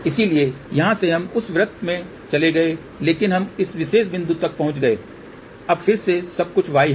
इसलिए यहां से हम उस वृत्त में चले गए केवल हम इस विशेष बिंदु तक पहुंच गए अब फिर से सबकुछ y है